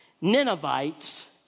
Ninevites